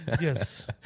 Yes